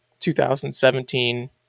2017